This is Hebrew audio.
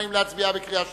האם להצביע בקריאה שלישית?